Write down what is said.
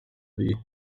but